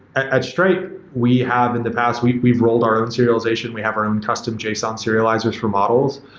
at stripe, we have in the past we've we've rolled our own serialization. we have our own custom json serializers for models.